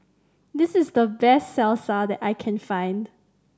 this is the best Salsa that I can find